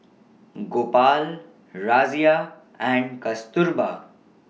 Gopal Razia and Kasturba